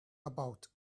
about